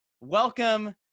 welcome